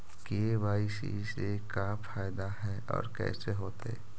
KYC से का फायदा है और कैसे होतै?